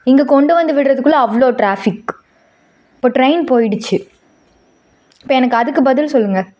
இங்கே கொண்டு வந்து விடுறதுக்குள்ள அவ்வளோ ட்ராஃபிக் இப்போ ட்ரெயின் போயிடுச்சு இப்போ எனக்கு அதுக்கு பதில் சொல்லுங்கள்